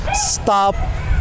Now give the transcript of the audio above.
stop